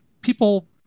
people